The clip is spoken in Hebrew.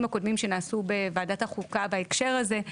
הקודמים שנעשו בוועדת החוקה בהקשר הזה,